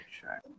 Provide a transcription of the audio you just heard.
sure